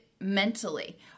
mentally